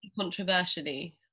controversially